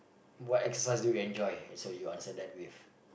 what exercise do you enjoy and so you answer that with